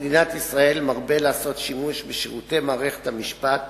הציבור בשופטים ובמערכת המשפט